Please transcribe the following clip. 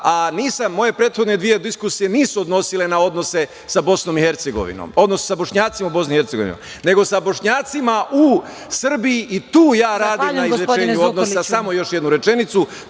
prethodne dve diskusije se nisu odnosile na odnose sa Bosnom i Hercegovinom, odnosno sa Bošnjacima u Bosni i Hercegovini, nego sa Bošnjacima u Srbiji i tu ja radim na rešenju odnosa.